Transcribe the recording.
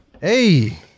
Hey